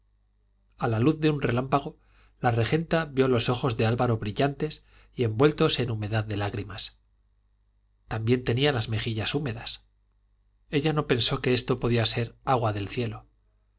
a la luz de un relámpago la regenta vio los ojos de álvaro brillantes y envueltos en humedad de lágrimas también tenía las mejillas húmedas ella no pensó que esto podía ser agua del cielo